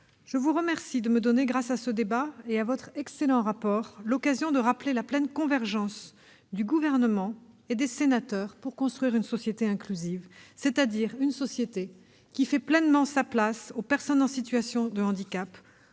Mouiller de me donner, grâce à ce débat et à son excellent rapport, l'occasion de rappeler la pleine convergence du Gouvernement et des sénateurs pour construire une société inclusive, c'est-à-dire une société qui donne pleinement leur place aux personnes en situation de handicap,